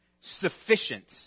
sufficient